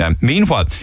Meanwhile